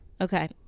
Okay